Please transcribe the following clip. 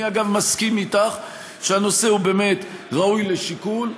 אני, אגב, מסכים איתך שהנושא באמת ראוי לשיקול.